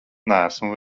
neesmu